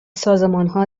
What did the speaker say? سازمانها